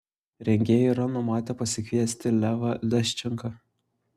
rengėjai yra numatę pasikviesti levą leščenką